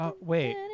Wait